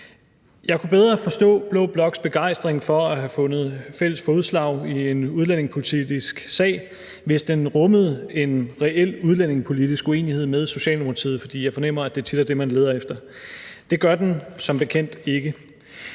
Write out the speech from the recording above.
Jeg kunne bedre forstå blå bloks begejstring for at have fundet fælles fodslag i en udlændingepolitisk sag, hvis den rummede en reel udlændingepolitisk uenighed med Socialdemokratiet, for jeg fornemmer, at det tit er det, man leder efter. Det gør det som bekendt ikke.